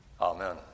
Amen